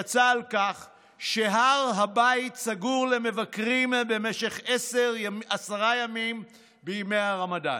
יצא על כך שהר הבית סגור למבקרים במשך עשרה ימים בימי הרמדאן,